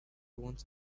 wanted